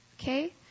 okay